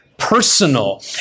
personal